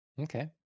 Okay